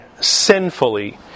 sinfully